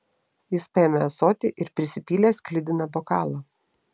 jis paėmė ąsotį ir prisipylė sklidiną bokalą